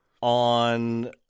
on